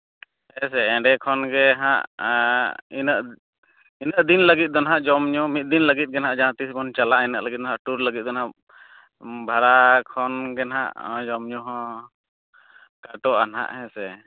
ᱦᱮᱸᱥᱮ ᱮᱸᱰᱮ ᱠᱷᱚᱱᱜᱮ ᱦᱟᱸᱜ ᱤᱱᱟᱹᱜ ᱤᱱᱟᱹᱜ ᱫᱤᱱ ᱞᱟᱹᱜᱤᱫ ᱫᱚ ᱦᱟᱸᱜ ᱡᱚᱢᱼᱧᱩ ᱢᱤᱫ ᱫᱤᱱ ᱞᱟᱹᱜᱤᱫ ᱜᱮ ᱱᱟᱦᱟᱜ ᱡᱟᱦᱟᱸ ᱛᱤᱥ ᱵᱚᱱ ᱪᱟᱞᱟᱜᱼᱟ ᱤᱱᱟᱹᱜ ᱞᱟᱹᱜᱤᱫ ᱢᱟ ᱴᱩᱨ ᱞᱟᱹᱜᱤᱫ ᱫᱚ ᱱᱟᱦᱟᱜ ᱵᱷᱟᱲᱟ ᱠᱷᱚᱱᱜᱮ ᱱᱟᱦᱟᱸᱜ ᱡᱚᱢᱼᱧᱩ ᱦᱚᱸ ᱠᱷᱟᱴᱚᱜᱼᱟ ᱦᱟᱸᱜ ᱦᱮᱸ ᱥᱮ